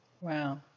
Wow